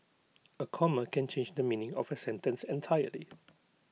A comma can change the meaning of A sentence entirely